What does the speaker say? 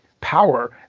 power